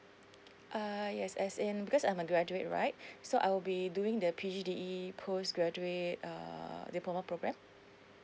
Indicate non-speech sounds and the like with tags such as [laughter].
err yes as in because I'm a graduate right [breath] so I will be doing the P_G_D_E post graduate err diploma program